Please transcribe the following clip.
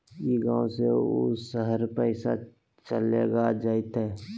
ई गांव से ऊ शहर पैसा चलेगा जयते?